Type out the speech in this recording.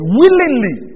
willingly